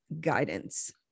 guidance